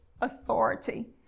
authority